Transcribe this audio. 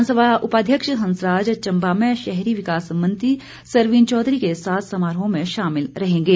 विधानसभा उपाध्यक्ष हंसराज चम्बा में शहरी विकास मंत्री सरवीण चौधरी के साथ समारोह में शामिल रहेंगे